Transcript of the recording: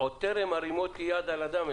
עוד טרם הרימותי יד על אדם.